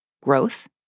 growth